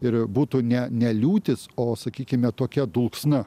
ir būtų ne ne liūtys o sakykime tokia dulksna